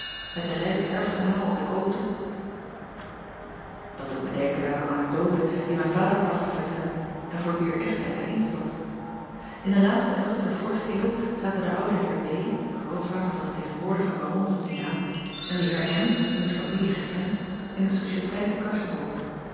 met de rijke erfgename op den koop toe at doet mij denken aan een anekdote die mijn vader placht te vertellen en voor wier echtheid hij instond n de laatste helft der vorige eeuw zaten de oude eer grootvader van den tegenwoordigen aron van dien naam en de eer wiens familie gij kent in de sociëteit de